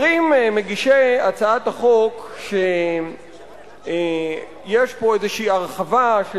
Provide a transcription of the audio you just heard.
אומרים מגישי הצעת החוק שיש פה איזו הרחבה של